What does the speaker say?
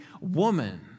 woman